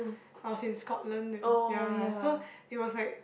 I was in Scotland ya so it was like